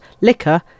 liquor